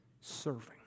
serving